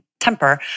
temper